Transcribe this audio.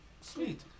Sweet